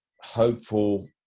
hopeful